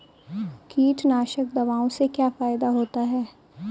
कीटनाशक दवाओं से क्या फायदा होता है?